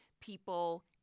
people